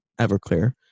Everclear